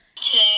Today